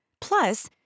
Plus